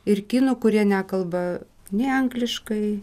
ir kinų kurie nekalba nei angliškai